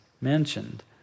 mentioned